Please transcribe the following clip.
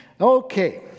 Okay